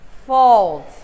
fold